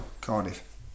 Cardiff